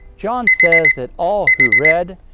john says that all who read,